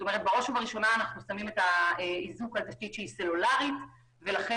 בראש ובראשונה האיזוק על תשתית סלולרית ולכן